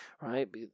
right